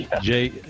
Jay